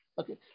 Okay